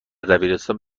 دبیرستان